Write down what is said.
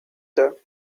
there